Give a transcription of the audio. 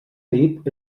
dit